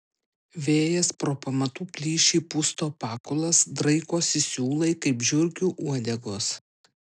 vėjas pro pamatų plyšį pusto pakulas draikosi siūlai kaip žiurkių uodegos